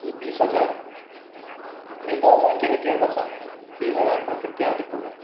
কি বিশ হাজাৰ বিশ হাজাৰ টকা কেনেকৈ হ'ব চাওক বিশ হাজাৰ টকা কেতিয়াও দিব নোৱাৰোঁ